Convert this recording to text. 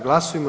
Glasujmo.